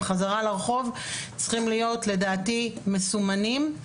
בחזרה לרחוב צריכים להיות לדעתי מסומנים,